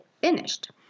finished